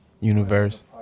universe